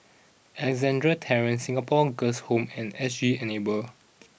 Alexandra Terrace Singapore Girls' Home and S G Enable